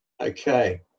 Okay